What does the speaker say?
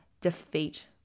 defeat